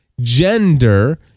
gender